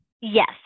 Yes